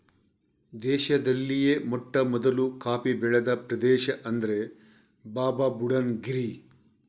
ದೇಶದಲ್ಲಿಯೇ ಮೊಟ್ಟಮೊದಲು ಕಾಫಿ ಬೆಳೆದ ಪ್ರದೇಶ ಅಂದ್ರೆ ಬಾಬಾಬುಡನ್ ಗಿರಿ